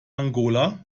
angola